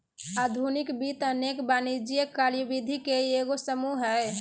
आधुनिक वित्त अनेक वाणिज्यिक कार्यविधि के एगो समूह हइ